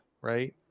right